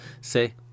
say